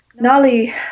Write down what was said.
Nali